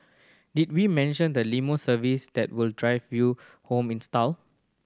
did we mention the limo service that will drive you home in style